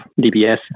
DBS